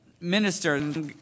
minister